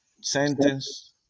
sentence